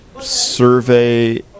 survey